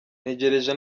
ntegereje